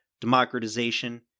democratization